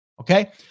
Okay